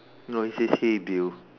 no it says hey Bill